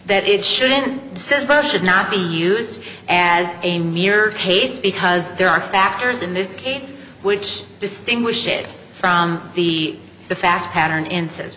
that it should it says both should not be used as a mere case because there are factors in this case which distinguish it from the the fact pattern in says